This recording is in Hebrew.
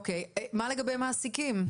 אוקיי מה לגבי מעסיקים?